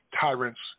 tyrants